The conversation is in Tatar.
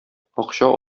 акча